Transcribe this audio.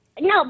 No